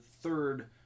third